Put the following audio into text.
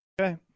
Okay